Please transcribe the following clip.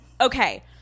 Okay